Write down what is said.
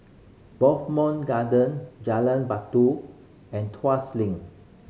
Bowmont Garden Jalan Batu and Tuas Link